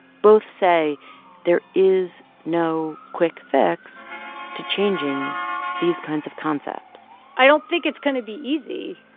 both say there is no quick fix to changing these kinds of concepts i don't think it's going to be easy.